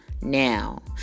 now